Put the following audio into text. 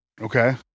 okay